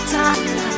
time